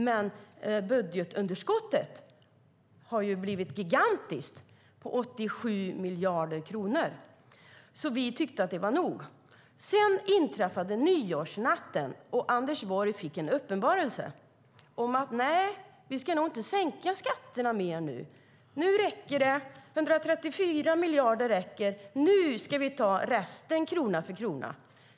Men budgetunderskottet har blivit gigantiskt - 87 miljarder kronor. Vi tyckte att det var nog. Sedan inträffade nyårsnatten, och Anders Borg fick en uppenbarelse: Nej, nu ska vi nog inte sänka skatterna mer. Nu räcker det. 134 miljarder räcker. Nu ska vi ta resten krona för krona.